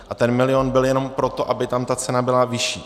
A ten milion tam byl jenom proto, aby tam ta cena byla vyšší.